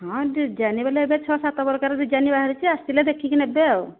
ହଁ ଡିଜାଇନ୍ବାଲା ଏବେ ଛ ସାତ ପ୍ରକାର ଡିଜାଇନ୍ ବାହାରିଛି ଆସିଲେ ଦେଖିକି ନେବେ ଆଉ